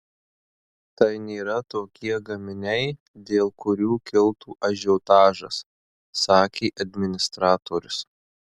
tai nėra tokie gaminiai dėl kurių kiltų ažiotažas sakė administratorius